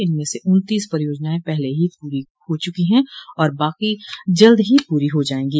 इनमें से उन्तीस परियोजनाएं पहले ही पूरी हो चुकी हैं और बाको जल्द ही पूरी हो जाएंगी